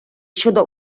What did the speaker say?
щодо